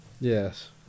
Yes